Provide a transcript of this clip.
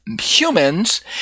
humans